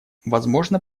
возможно